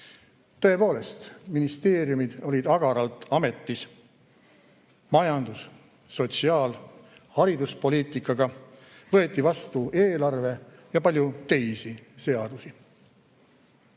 Tõepoolest, ministeeriumid olid agaralt ametis majandus-, sotsiaal- ja hariduspoliitikaga, võeti vastu eelarve ja palju teisi seadusi.